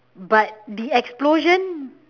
but the explosion